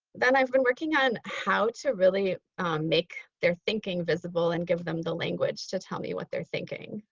then i've been working on how to really make their thinking visible and give them the language to tell me what they're thinking.